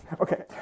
Okay